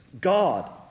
God